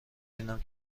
بینم